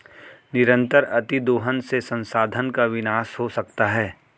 निरंतर अतिदोहन से संसाधन का विनाश हो सकता है